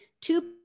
two